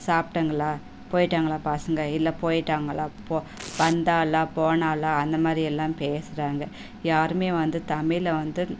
சாப்பிட்டங்களா போயிட்டாங்களா பசங்க இல்லை போயிட்டாங்களா போ வந்தாளா போனாளா அந்த மாதிரி எல்லாம் பேசுகிறாங்க யாரும் வந்து தமிழை வந்து